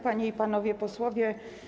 Panie i Panowie Posłowie!